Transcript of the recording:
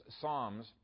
psalms